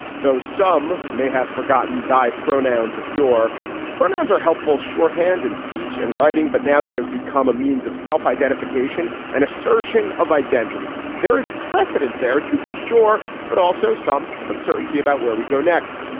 though some may have forgotten, thy pronouns of your pronouns are helpful shorthand in speech and writing, but now they have become a means of self-identification, an assertion of identity. there is precedent there, to be sure, but also some uncertainty about where we go next.